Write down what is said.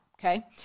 Okay